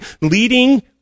leading